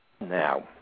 Now